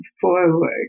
forward